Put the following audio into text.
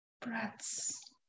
breaths